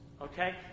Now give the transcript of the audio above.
okay